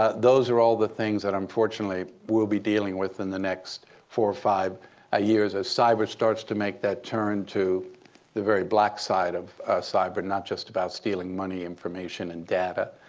ah those are all the things that, unfortunately, we'll be dealing with in the next four or five ah years as cyber starts to make that turn to the very black side of cyber, not just about stealing money, information, and data.